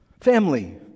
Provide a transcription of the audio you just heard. family